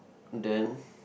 then